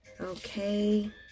Okay